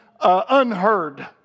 unheard